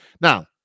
Now